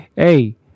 Hey